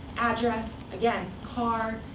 address, again, car,